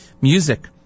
music